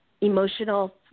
emotional